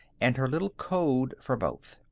and her little code for both.